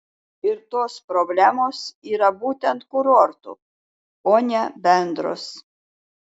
ir tos problemos yra būtent kurortų o ne bendros